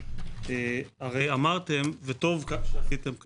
אמרתם, וטוב שעשיתם כך,